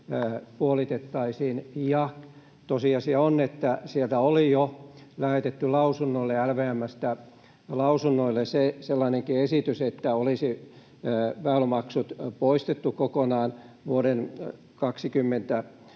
puolitettaisiin. Tosiasia on, että LVM:stä oli jo lähetetty lausunnoille sellainenkin esitys, että olisi väylämaksut poistettu kokonaan vuoden 20